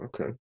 Okay